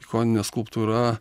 ikoninė skulptūra